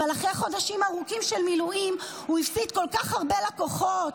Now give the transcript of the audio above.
אבל אחרי חודשים ארוכים של מילואים הוא הפסיד כל כך הרבה לקוחות,